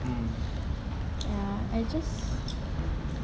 ya I just